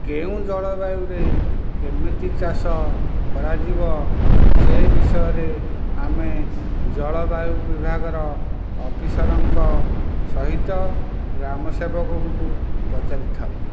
କେଉଁ ଜଳବାୟୁରେ କେମିତି ଚାଷ କରାଯିବ ସେ ବିଷୟରେ ଆମେ ଜଳବାୟୁ ବିଭାଗର ଅଫିସରଙ୍କ ସହିତ ଗ୍ରାମ ସେବକଙ୍କୁ ପଚାରିଥାଉ